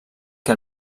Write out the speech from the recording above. que